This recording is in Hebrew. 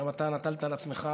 גם אתה נטלת על עצמך